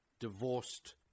divorced